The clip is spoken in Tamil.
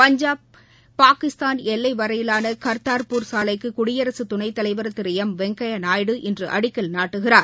பஞ்சாபில் பாகிஸ்தான் எல்லை வரையிலான காத்தாாபூர் சாலைக்கு குடியரசு துணைத்தலைவர் திரு எம் வெங்கையாநாயுடு இன்று அடிக்கல் நாட்டுகிறார்